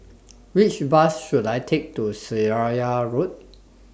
Which Bus should I Take to Seraya Road